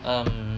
um